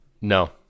no